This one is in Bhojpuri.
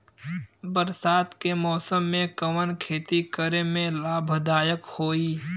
बरसात के मौसम में कवन खेती करे में लाभदायक होयी?